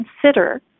consider